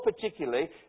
particularly